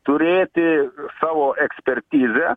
turėti savo ekspertizę